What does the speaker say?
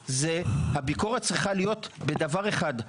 הביקורת צריכה להיות בדבר אחד,